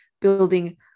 building